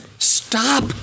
Stop